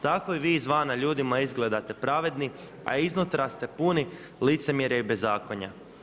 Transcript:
Tako i vi izvana ljudima izgledate pravedni a iznutra ste puni licemjerja i bezakonja.